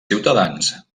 ciutadans